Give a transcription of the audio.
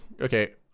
okay